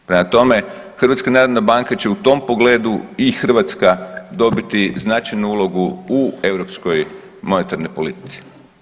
Prema tome, HNB će u tom pogledu i Hrvatska dobiti značajnu ulogu u europskoj monetarnoj polici.